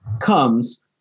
comes